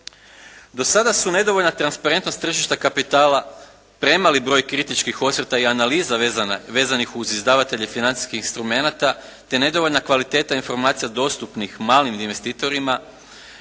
Do sada su nedovoljna transparentnost tržišta kapitala premali broj kritičkih osvrta i analiza vezanih uz izdavatelje financijskih instrumenata te nedovoljna kvaliteta informacija dostupnih malim investitorima.